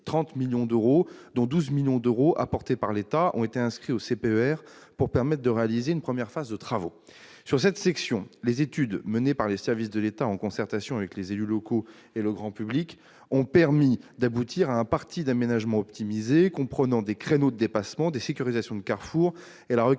30 millions d'euros, dont 12 millions d'euros apportés par l'État, ont été inscrits au CPER pour permettre de réaliser une première phase de travaux. Sur cette section, les études, menées par les services de l'État, en concertation avec les élus locaux et le grand public, ont permis d'aboutir à un parti d'aménagement optimisé, comprenant des créneaux de dépassement, des sécurisations de carrefours et la requalification